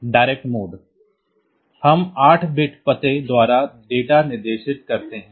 direct mode हम 8 bit पते द्वारा डेटा निर्दिष्ट करते हैं